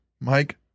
Mike